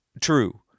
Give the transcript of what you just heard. true